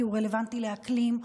כי הוא רלוונטי לאקלים,